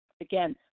Again